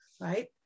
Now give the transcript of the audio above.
right